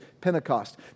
Pentecost